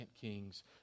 Kings